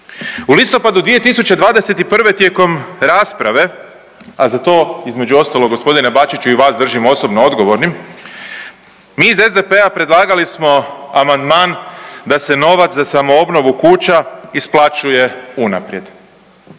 U listopadu 2021. tijekom rasprave, a za to između ostalog gospodine Bačiću i vas držim osobno odgovornim mi iz SDP-a predlagali smo amandman da se novac za samoobnovu kuća isplaćuje unaprijed.